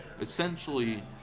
essentially